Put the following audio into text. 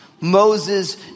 Moses